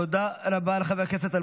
תודה רבה לחבר הכנסת.